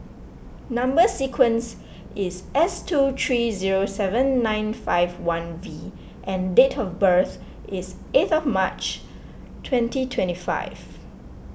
Number Sequence is S two three zero seven nine five one V and date of birth is eighth of March twenty twenty five